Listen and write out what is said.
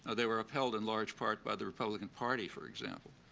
they were upheld in large part by the republican party, for example.